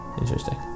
Interesting